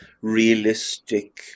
realistic